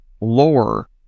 lore